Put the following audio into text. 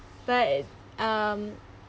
but um